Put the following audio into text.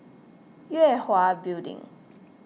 Yue Hwa Building